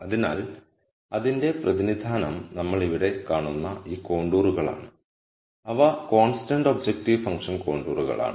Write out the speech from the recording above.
അതിനാൽ അതിന്റെ പ്രതിനിധാനം നമ്മൾ ഇവിടെ കാണുന്ന ഈ കോണ്ടൂറുകളാണ് അവ കോൺസ്റ്റന്റ് ഒബ്ജക്റ്റീവ് ഫങ്ക്ഷൻ കോണ്ടൂറുകളാണ്